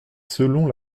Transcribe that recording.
selon